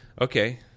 Okay